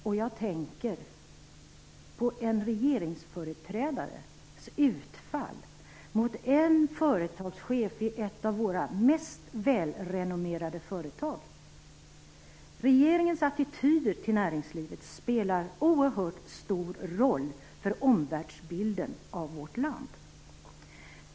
Och jag tänker på en regeringsföreträdares utfall mot en företagschef i ett av våra mest välrenommerade företag. Regeringens attityder till näringslivet spelar oerhört stor roll för omvärlsbilden av vårt land.